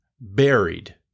buried